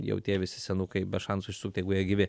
jau tie visi senukai be šansų išsisukt jeigu jie gyvi